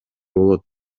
болот